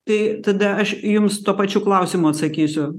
tai tada aš jums tuo pačiu klausimu atsakysiu